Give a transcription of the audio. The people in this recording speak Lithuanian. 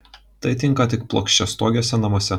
tai tinka tik plokščiastogiuose namuose